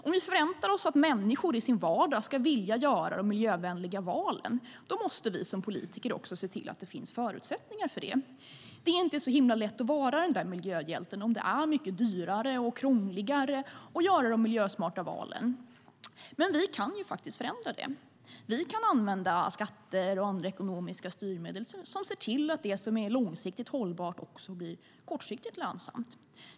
Om vi förväntar oss att människor i sin vardag ska vilja göra de miljövänliga valen måste vi som politiker också se till att det finns förutsättningar för det. Det är inte så himla lätt att vara miljöhjälte om det är mycket dyrare och krångligare att göra de miljösmarta valen. Men vi kan faktiskt förändra det. Vi kan använda skatter och andra ekonomiska styrmedel som ser till att det som är långsiktigt hållbart också blir kortsiktigt lönsamt.